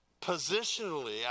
positionally